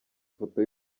ifoto